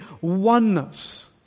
oneness